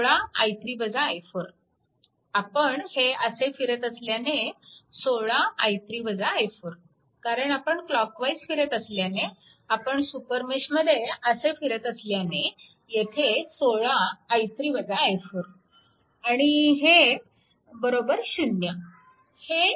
16 आपण हे असे फिरत असल्याने 16 कारण आपण क्लॉकवाईज फिरत असल्याने आपण सुपरमेशमध्ये असे फिरत असल्याने येथे 16 आणि हे 0